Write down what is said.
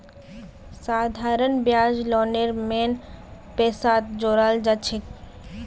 साधारण ब्याज लोनेर मेन पैसात जोड़ाल जाछेक